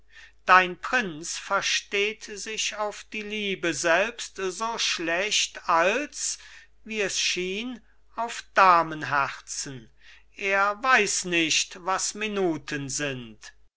dein prinz versteht sich auf die liebe selbst so schlecht als wie es schien auf damenherzen er weiß nicht was minuten sind